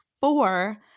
four